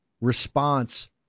response